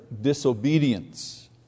disobedience